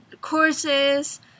courses